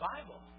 Bible